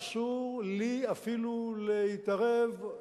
אסור לי אפילו להתערב,